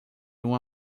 uma